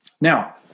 Now